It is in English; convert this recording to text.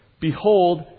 Behold